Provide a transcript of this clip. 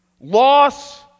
loss